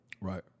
right